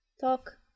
talk